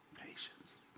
patience